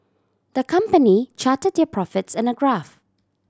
the company charted their profits in a graph